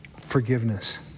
forgiveness